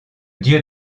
dieu